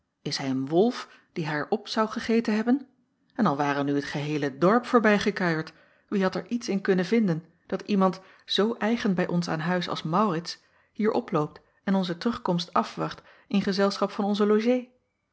is hij een wolf die haar op zou gegeten hebben en al ware nu het geheele dorp voorbijgekuierd wie had er iets in kunnen vinden dat iemand zoo eigen bij ons aan huis als maurits hier oploopt en onze terugkomst afwacht in gezelschap van onze logée